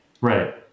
Right